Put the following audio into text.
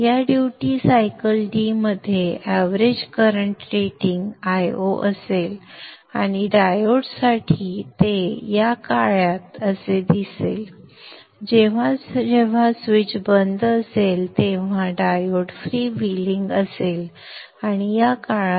या duty cycle d मध्ये average current rating Io असेल आणि डायोडसाठी ते या काळात असे दिसेल जेव्हा जेव्हा स्विच बंद असेल तेव्हा डायोड फ्रीव्हीलिंग असेल आणि या काळात